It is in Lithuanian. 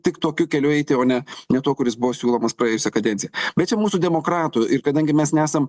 tik tokiu keliu eiti o ne ne tuo kuris buvo siūlomas praėjusią kadenciją bet čia mūsų demokratų ir kadangi mes nesam